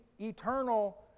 eternal